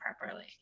properly